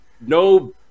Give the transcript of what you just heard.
no